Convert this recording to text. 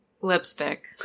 Lipstick